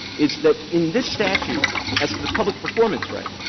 is that in this statute as to the public performance right,